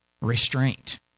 restraint